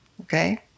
Okay